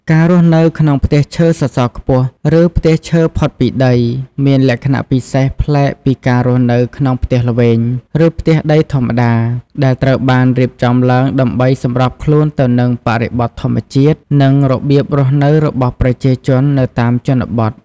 ការរស់នៅក្នុងផ្ទះឈើសសរខ្ពស់ ឬផ្ទះលើកផុតពីដី មានលក្ខណៈពិសេសប្លែកពីការរស់នៅក្នុងផ្ទះល្វែង ឬផ្ទះដីធម្មតា ដែលត្រូវបានរៀបចំឡើងដើម្បីសម្របខ្លួនទៅនឹងបរិបទធម្មជាតិ និងរបៀបរស់នៅរបស់ប្រជាជននៅតាមជនបទ ។